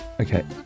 Okay